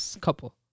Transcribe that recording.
couple